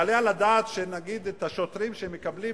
היעלה על הדעת שאת השוטרים שמקבלים